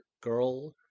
girl